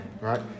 Right